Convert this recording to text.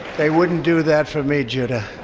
they wouldn't do that for me, judah